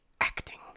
acting